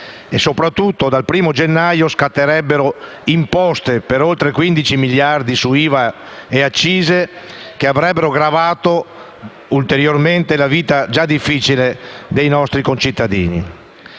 soprattutto dal 1° gennaio, scatterebbero imposte per oltre 15 miliardi su IVA e accise che avrebbero gravato ulteriormente la vita già difficile dei nostri concittadini.